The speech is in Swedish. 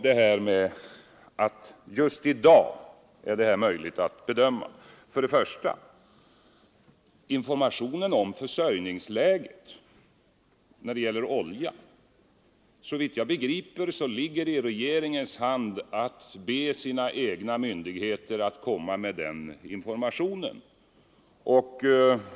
Men vad oljan beträffar ligger det såvitt jag förstår i regeringens hand att informera sig om försörjningsläget på det sättet att regeringen säger till sina egna myndigheter att lämna den informationen.